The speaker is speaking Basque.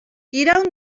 iraun